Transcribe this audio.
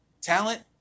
talent